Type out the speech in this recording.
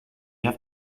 have